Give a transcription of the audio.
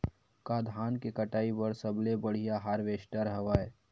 का धान के कटाई बर सबले बढ़िया हारवेस्टर हवय?